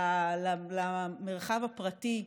במרחב הפרטי,